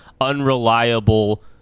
unreliable